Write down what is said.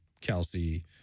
Kelsey